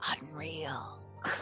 Unreal